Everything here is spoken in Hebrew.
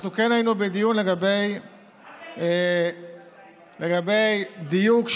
אנחנו כן היינו בדיון לגבי הדיוק של התחולה.